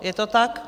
Je to tak?